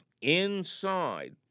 inside